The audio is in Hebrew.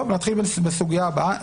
טוב, נתחיל בסוגיה הבאה.